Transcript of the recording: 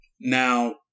Now